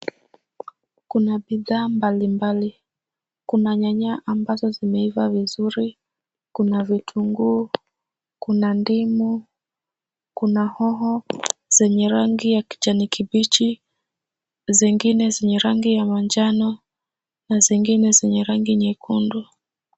Kuna bidhaa mbalimbali. Kuna nyanya ambazo zimeiva vizuri. Kuna vitunguu, kuna ndimu, kuna hoho zenye rangi ya kijani kibichi, zingine zenye rangi ya manjano na zingine zenye rangi nyekundu.